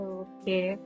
okay